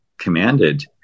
commanded